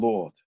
Lord